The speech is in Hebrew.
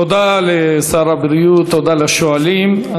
תודה לשר הבריאות, תודה לשואלים.